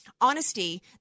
honesty